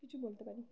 কিছু বলতে পারি